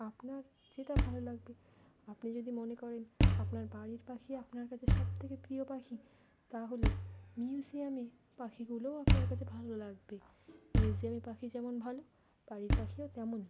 আপনার যেটা ভালো লাগবে আপনি যদি মনে করেন আপনার বাড়ির পাখি আপনার কাছে সবথেকে প্রিয় পাখি তাহলে মিউজিয়ামে পাখিগুলোও আপনার কাছে ভালো লাগবে মিউজিয়ামে পাখি যেমন ভালো বাড়ির পাখিও তেমন